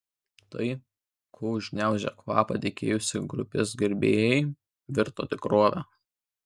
tai ko užgniaužę kvapą tikėjosi grupės gerbėjai virto tikrove